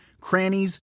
crannies